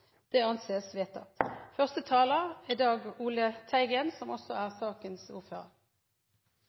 Det anses vedtatt. Første taler er Marianne Marthinsen – for sakens ordfører.